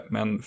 Men